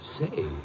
Say